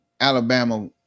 Alabama